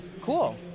Cool